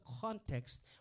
context